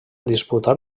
disputar